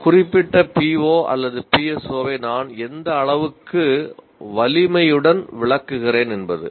ஒரு குறிப்பிட்ட PO அல்லது PSOவை நான் எந்த அளவுக்கு 'வலிமை' யுடன் விளக்குகிறேன் என்பது